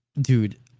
Dude